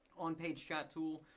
on-page chat tool,